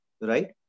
right